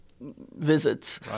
visits